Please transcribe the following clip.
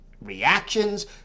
reactions